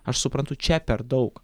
aš suprantu čia per daug